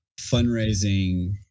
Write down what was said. fundraising